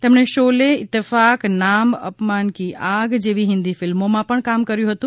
તેમણે શોલે ઇત્તેફાક નામ અપમાન કી આગ જેવીહિન્દી ફિલ્મોમાં પણ કામ કર્યું હતું